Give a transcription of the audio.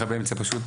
התקשורת,